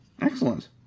Excellent